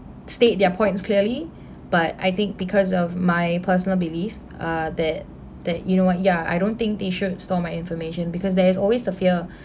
state their points clearly but I think because of my personal belief uh that that you know what yeah I don't think they should store my information because there is always the fear